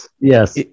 yes